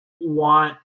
want